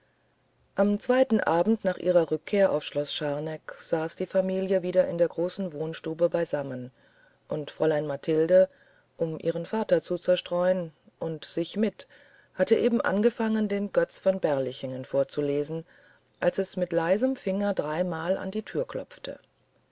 am zweiten abend nach ihrer rückkehr auf schloß scharneck saß die familie wieder in der großen wohnstube beisammen und fräulein mathilde um ihren vater zu zerstreuen und sich mit hatte eben angefangen den götz von berlichingen vorzulesen als es mit leisem finger dreimal an die tür klopfte